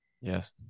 Yes